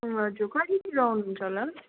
अँ हजुर कहिलेतिर आउनुहुन्छ होला